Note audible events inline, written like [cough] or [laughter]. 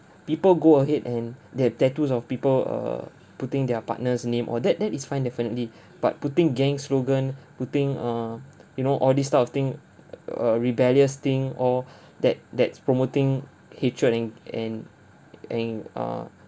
people go ahead and [breath] they have tattoos of people err putting their partner's name or that that is fine definitely [breath] but putting gang slogan [breath] putting err [breath] you know all this type of thing err rebellious thing or [breath] that that's promoting hatred and and and err